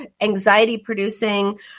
anxiety-producing